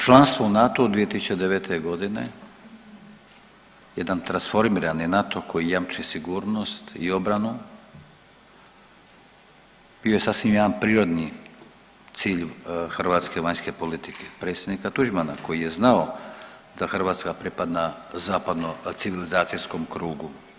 Članstvo u NATO-u 2009. godine jedan transformirani NATO koji jamči sigurnost i obranu bio je sasvim jedan prirodni cilj hrvatske vanjske politike, predsjednika Tuđmana koji je znao da Hrvatska pripada zapadno civilizacijskom krugu.